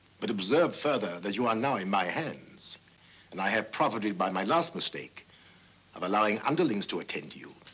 but observe further that you are now in my hands and i have profited by my last mistake by um allowing underlings to attend to you.